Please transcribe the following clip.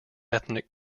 ethnic